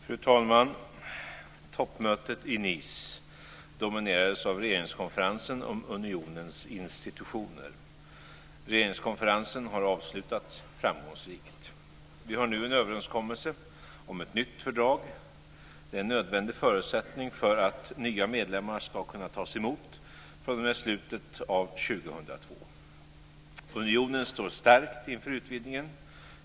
Fru talman! Toppmötet i Nice dominerades av regeringskonferensen om unionens institutioner. Regeringskonferensen har avslutats framgångsrikt. Vi har nu en överenskommelse om ett nytt fördrag. Det är en nödvändig förutsättning för att nya medlemmar ska kunna tas emot fr.o.m. slutet av 2002. Unionen står stärkt inför utvidgningen.